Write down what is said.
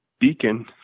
beacon